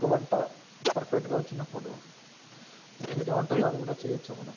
ఒక వంట పర్ఫెక్ట్గా వచ్చినప్పుడు వేరే వంటకాలు కూడా చేయచ్చు మనం